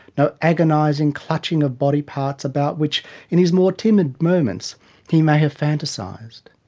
no agonising clutching of body parts about which in his more timid moment he may have fantasised.